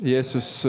Jesus